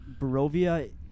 Barovia